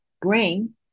brain